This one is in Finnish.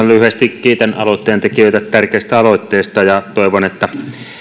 lyhyesti kiitän aloitteen tekijöitä tärkeästä aloitteesta ja toivon että